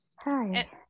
Hi